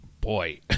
boy